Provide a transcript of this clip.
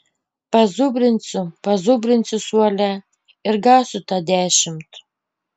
pazubrinsiu pazubrinsiu suole ir gausiu tą dešimt